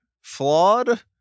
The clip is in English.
flawed